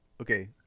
okay